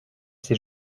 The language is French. ces